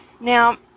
Now